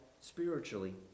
spiritually